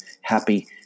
happy